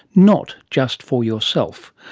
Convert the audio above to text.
not just for yourself.